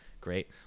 great